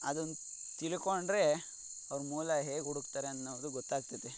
ಅದನ್ನ ತಿಳ್ಕೊಂಡರೆ ಅವ್ರು ಮೂಲ ಹೇಗೆ ಹುಡುಕ್ತಾರೆ ಅನ್ನೋದು ಗೊತ್ತಾಗ್ತದೆ